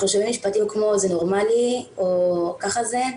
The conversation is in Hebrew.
שומעים משפטים כמו זה נורמלי או ככה זה,